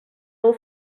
del